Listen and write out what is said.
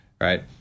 Right